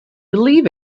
believe